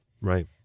Right